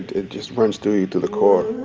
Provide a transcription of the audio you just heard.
it just runs through you to the core.